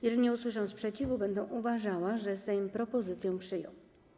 Jeżeli nie usłyszę sprzeciwu, będę uważała, że Sejm propozycję przyjął.